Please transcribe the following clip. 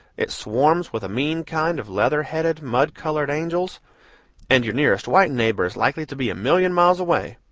it swarms with a mean kind of leather-headed mud-colored angels and your nearest white neighbor is likely to be a million miles away.